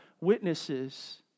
witnesses